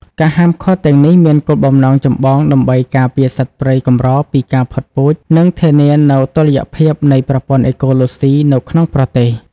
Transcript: ការហាមឃាត់ទាំងនេះមានគោលបំណងចម្បងដើម្បី ការពារសត្វព្រៃកម្រពីការផុតពូជ និង ធានានូវតុល្យភាពនៃប្រព័ន្ធអេកូឡូស៊ី នៅក្នុងប្រទេស។